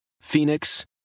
Phoenix